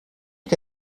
que